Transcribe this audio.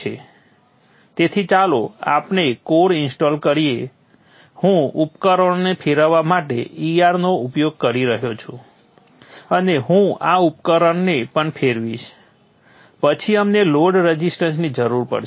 તેથી ચાલો આપણે કોર ઇન્સ્ટોલ કરીએ હું ઉપકરણોને ફેરવવા માટે ER નો ઉપયોગ કરી રહ્યો છું અને હું આ ઉપકરણને પણ ફેરવીશ પછી અમને લોડ રઝિસ્ટન્સની જરૂર પડશે